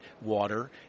water